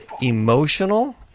emotional